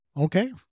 Okay